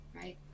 right